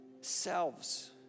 selves